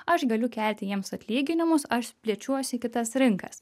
aš galiu kelti jiems atlyginimus aš plečiuosi į kitas rinkas